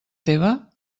teva